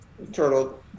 turtle